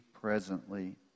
presently